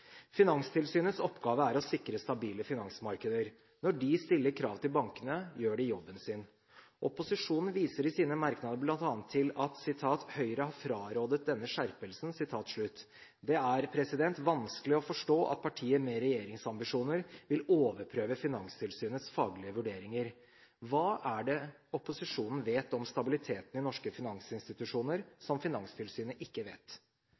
Finanstilsynets oppgave er å sikre stabile finansmarkeder. Når de stiller krav til bankene, gjør de jobben sin. Opposisjonen viser i sine merknader bl.a. til at «Høyre har frarådet denne skjerpelsen». Det er vanskelig å forstå at partier med regjeringsambisjoner vil overprøve Finanstilsynets faglige vurderinger. Hva er det opposisjonen vet om stabiliteten i norske finansinstitusjoner, som Finanstilsynet ikke vet?